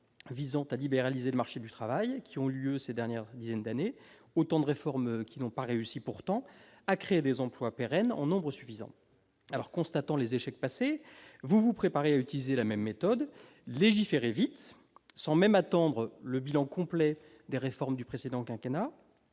-visant à libéraliser le marché du travail ces dernières années, autant de réformes qui n'ont pourtant pas réussi à créer des emplois pérennes en nombre suffisant. Constatant les échecs passés, vous vous préparez à utiliser la même méthode : légiférer vite, sans même attendre le bilan complet des réformes du précédent quinquennat